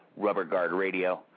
rubberguardradio